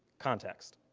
context,